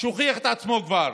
שהוכיח את עצמו כבר